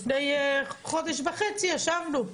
לפני חודש וחצי ישבנו.